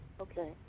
Okay